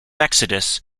exodus